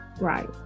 right